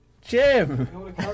Jim